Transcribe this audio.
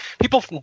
people